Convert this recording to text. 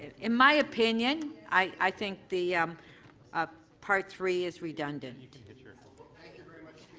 in my opinion, i think the um ah part three is redundant. thank you very much,